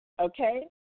okay